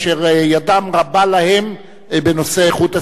אשר ידם רבה להם בנושא איכות הסביבה.